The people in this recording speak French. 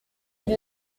ils